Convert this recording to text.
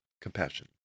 Compassion